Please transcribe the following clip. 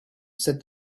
said